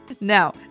Now